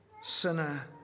sinner